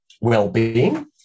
well-being